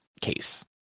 case